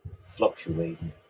fluctuating